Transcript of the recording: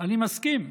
אני מסכים.